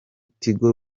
tigo